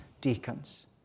deacons